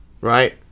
right